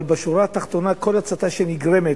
אבל בשורה התחתונה, כל הצתה שנגרמת,